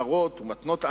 מעשרות ומתנות לעניים,